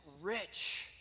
rich